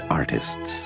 artists